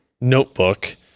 notebook